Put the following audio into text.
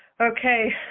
Okay